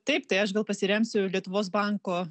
taip tai aš gal pasiremsiu lietuvos banko